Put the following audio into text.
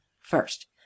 first